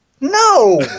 No